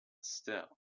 still